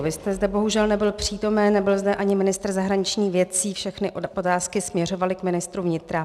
Vy jste zde bohužel nebyl přítomen, nebyl zde ani ministr zahraničních věcí, všechny otázky směřovaly k ministru vnitra.